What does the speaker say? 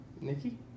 Nikki